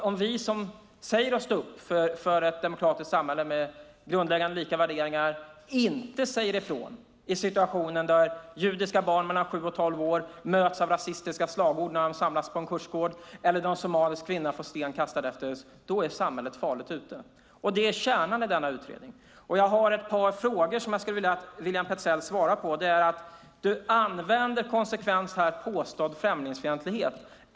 Om vi som säger oss stå upp för ett demokratiskt samhälle med grundläggande lika värderingar inte säger ifrån i situationen där judiska barn mellan 7 och 12 år möts av rasistiska slagord när de samlas på en kursgård eller en somalisk kvinna får sten kastad efter sig är samhället farligt ute. Det är kärnan i denna utredning. Jag har ett par frågor som jag skulle vilja att William Petzäll svarar på. Du använder konsekvent uttrycket "påstådd främlingsfientlighet".